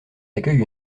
accueille